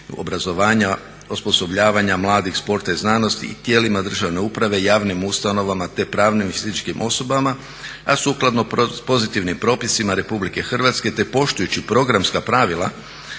obrazovanja, osposobljavanja mladih, sporta i znanosti i tijelima državne uprave, javnim ustanovama te pravnim i fizičkim osobama a sukladno pozitivnim propisima Republike Hrvatske te poštujući programska pravila